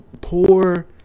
poor